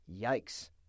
Yikes